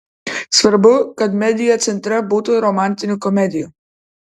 svarbu kad media centre būtų romantinių komedijų